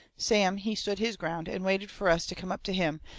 sam, he stood his ground, and waited fur us to come up to him,